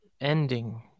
ending